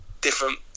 different